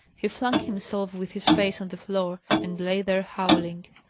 he flung himself with his face on the floor, and lay there howling.